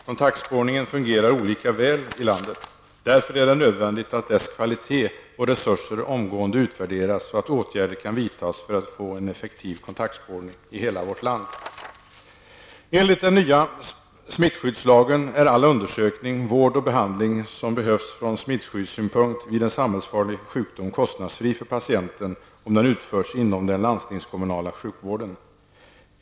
Kontaktspårningen fungerar inte lika väl i hela landet. Därför är det nödvändigt att dess kvalitet och resurser omgående utvärderas, så att sådana åtgärder kan vidtas som ger en effektiv kontaktspårning i hela vårt land. Enligt den nya smittskyddslagen är all den undersökning, vård och behandling som behövs från smittskyddssynpunkt vid en samhällsfarlig sjukdom kostnadsfri för patienten om dessa utförs inom den landstingskommunala sjukvården.